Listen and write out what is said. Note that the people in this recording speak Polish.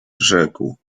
rzekł